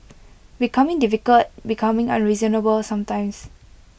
becoming difficult becoming unreasonable sometimes